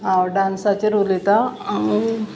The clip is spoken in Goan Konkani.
हांव डांसाचेर उलयतां